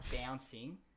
bouncing